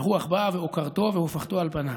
והרוח באה ועוקרתו והופכתו על פניו,